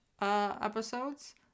episodes